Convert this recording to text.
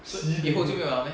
以后就没有 liao meh